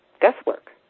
guesswork